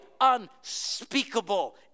unspeakable